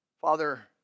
Father